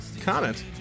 comment